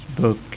book